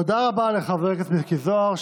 תודה רבה לחבר הכנסת מיקי זוהר,